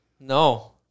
No